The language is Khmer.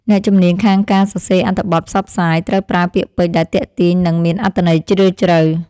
អ្នកជំនាញខាងការសរសេរអត្ថបទផ្សព្វផ្សាយត្រូវប្រើពាក្យពេចន៍ដែលទាក់ទាញនិងមានអត្ថន័យជ្រាលជ្រៅ។